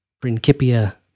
Principia